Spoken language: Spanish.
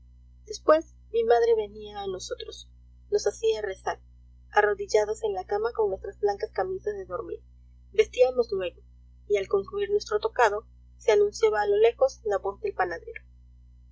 después mi madre venía a nosotros nos hacía rezar arrodillados en la cama con nuestras blancas camisas de dormir vestíamos luego y al concluir nuestro tocado se anunciaba a lo lejos la voz del panadero